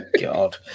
God